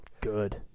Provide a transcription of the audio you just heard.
Good